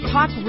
Talk